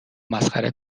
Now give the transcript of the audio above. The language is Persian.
مسخره